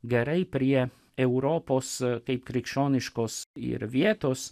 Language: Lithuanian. gerai prie europos kaip krikščioniškos ir vietos